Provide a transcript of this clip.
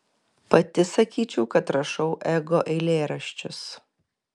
pati sakyčiau kad rašau ego eilėraščius